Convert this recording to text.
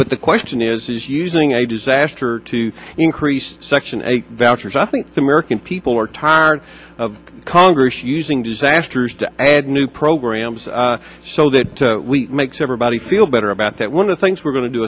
but the question is using a disaster to increase section eight vouchers i think the american people are tired of congress using disasters to add new programs so that makes everybody feel better about that one of the things we're going to do